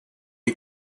you